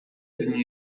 dni